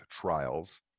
trials